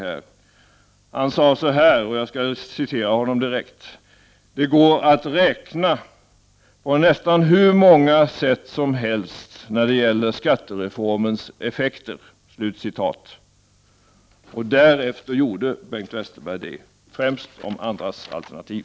Han sade: ”Det går att räkna på nästan hur många sätt som helst när det gäller skattereformens effekter.” Därefter gjorde Bengt Westerberg det, främst om andras alternativ.